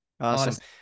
awesome